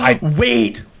Wait